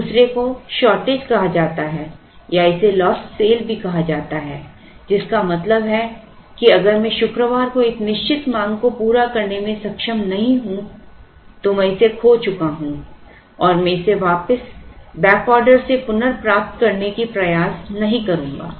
दूसरे को शॉर्टेज कहा जाता है या इसे लॉस्ट सेल भी कहा जाता है जिसका मतलब है कि अगर मैं शुक्रवार को एक निश्चित मांग को पूरा करने में सक्षम नहीं हूं तो मैं इसे खो चुका हूं और मैं इसे वापस बैक ऑर्डर से पुनर्प्राप्त करने का प्रयास नहीं करूंगा